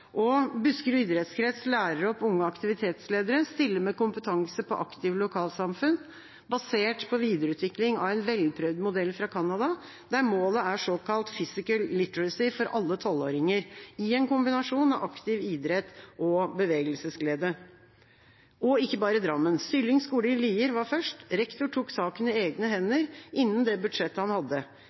Åssia». Buskerud idrettskrets lærer opp unge aktivitetsledere, stiller med kompetanse på «Aktive lokalsamfunn», basert på videreutvikling av en velprøvd modell fra Canada, der målet er såkalt «physical literacy» for alle tolvåringer i en kombinasjon av aktiv idrett og bevegelsesglede. Og dette skjer ikke bare i Drammen. Sylling skole i Lier var først. Rektor tok saken i egne hender innenfor det budsjettet han hadde.